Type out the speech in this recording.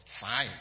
Fine